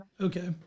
Okay